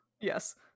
Yes